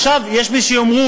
עכשיו, יש מי שיאמרו: